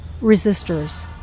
resistors